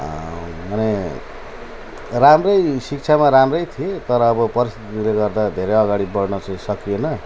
माने राम्रै शिक्षामा राम्रै थिएँ तर अब परिस्थितिले गर्दा त धेरै अगाडि बढ्न चाहिँ सकिएन